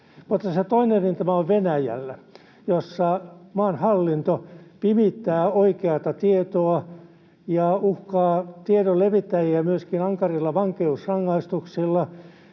toinen rintama on Venäjällä, jossa maan hallinto pimittää oikeata tietoa ja uhkaa tiedon levittäjiä myöskin ankarilla vankeusrangaistuksilla